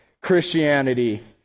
Christianity